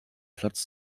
platz